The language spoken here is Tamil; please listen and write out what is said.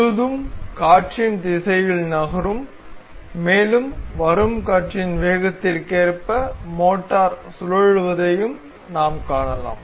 முழுதும் காற்றின் திசையில் நகரும் மேலும் வரும் காற்றின் வேகத்திற்கு ஏற்ப மோட்டார் சுழலுவதையும் நாம் காணலாம்